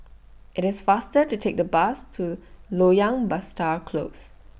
IT IS faster to Take The Bus to Loyang Besar Close